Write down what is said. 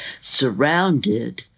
surrounded